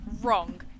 Wrong